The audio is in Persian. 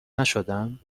نشدم